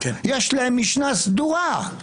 יש להם משנה סדורה.